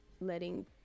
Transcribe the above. letting